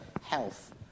health